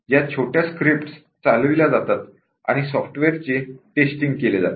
या लहान स्क्रिप्ट्स चालविल्या जातात आणि सॉफ्टवेयर चे टेस्टींग केले जाते